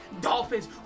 Dolphins